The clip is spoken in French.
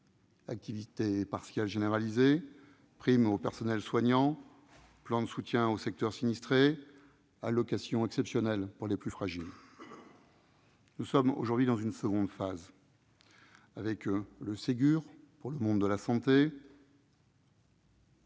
activité partielle généralisée, primes au personnel soignant, plan de soutien aux secteurs sinistrés, allocation exceptionnelle pour les plus fragiles. Nous sommes aujourd'hui dans une seconde phase, avec le Ségur pour le monde de la santé,